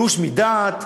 ייאוש מדעת.